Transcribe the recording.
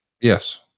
Yes